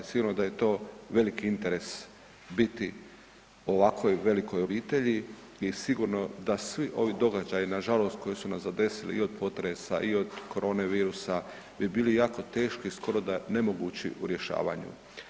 Sigurno da je to veliki interes biti u ovakvoj velikoj obitelji i sigurno da svi ovi događaji nažalost koji su nas zadesili i od potresa i od korone virusa bi bili jako teški i skoro da nemogući u rješavanju.